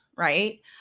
Right